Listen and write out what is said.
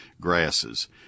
grasses